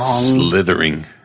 slithering